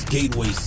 Gateway